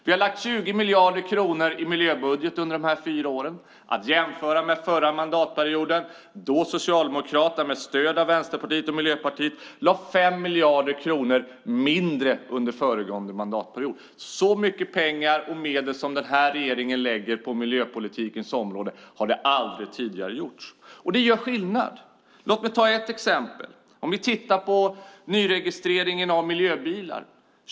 Vi har lagt 20 miljarder kronor i miljöbudget under de här fyra åren, att jämföra med förra mandatperioden då Socialdemokraterna med stöd av Vänsterpartiet och Miljöpartiet lade 5 miljarder kronor mindre. Så mycket pengar och medel som den här regeringen lägger på miljöpolitikens område har ingen annan regering tidigare gjort. Det gör skillnad. Låt mig ta ett exempel: nyregistreringen av miljöbilar.